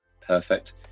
perfect